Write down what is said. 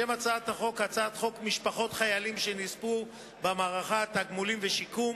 שם הצעת החוק: הצעת חוק משפחות חיילים שנספו במערכה (תגמולים ושיקום)